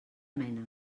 mena